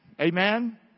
Amen